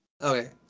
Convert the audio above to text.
Okay